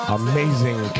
amazing